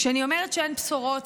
כשאני אומרת שאין בשורות,